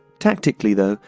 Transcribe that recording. tactically, though,